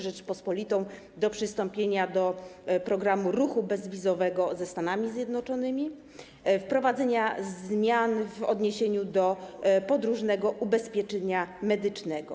Rzeczpospolitą do przystąpienia do programu ruchu bezwizowego ze Stanami Zjednoczonymi, oraz wprowadzenia zmian w odniesieniu do podróżnego ubezpieczenia medycznego.